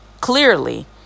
clearly